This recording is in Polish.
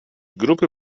grupy